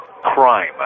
crime